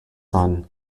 son